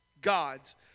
God's